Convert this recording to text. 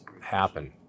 happen